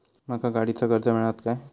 माका गाडीचा कर्ज मिळात काय?